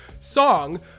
song